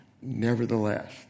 nevertheless